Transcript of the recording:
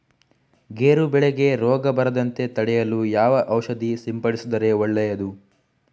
ಗೇರು ಬೆಳೆಗೆ ರೋಗ ಬರದಂತೆ ತಡೆಯಲು ಯಾವ ಔಷಧಿ ಸಿಂಪಡಿಸಿದರೆ ಒಳ್ಳೆಯದು?